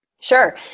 Sure